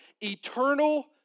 eternal